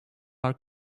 our